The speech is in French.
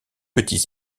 petits